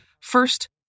First